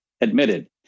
admitted